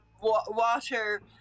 water